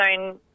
own